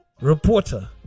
reporter